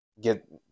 Get